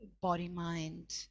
body-mind